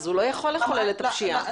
הוא לא יכול לחולל פשיעה.